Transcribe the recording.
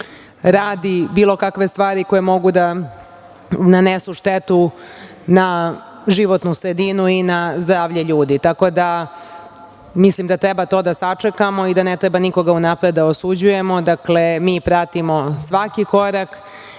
radi bilo kakve stvari koje mogu da nanesu štetu na životnu sredinu i na zdravlje ljudi. Mislim da treba to da sačekamo i da ne treba nikoga unapred da osuđujemo. Dakle, mi pratimo svaki korak.